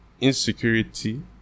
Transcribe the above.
insecurity